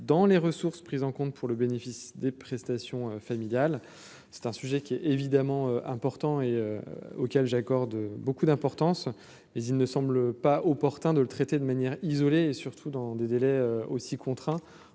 dans les ressources prises en compte pour le bénéfice des prestations familiales, c'est un sujet qui est évidemment important et auquel j'accorde beaucoup d'importance, mais il ne semble pas opportun de le traiter de manière isolée et surtout dans des délais aussi contraints